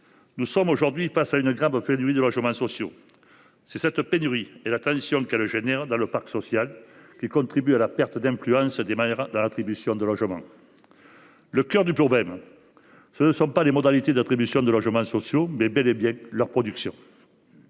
Nous faisons face aujourd’hui à une grave pénurie de logements sociaux. Cette pénurie et la tension qu’elle engendre sur le parc social contribuent à la perte d’influence des maires dans l’attribution des logements. Le cœur du problème, ce sont donc non pas les modalités d’attribution des logements sociaux, mais bel et bien la production